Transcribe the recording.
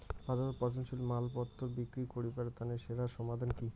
বাজারত পচনশীল মালপত্তর বিক্রি করিবার তানে সেরা সমাধান কি?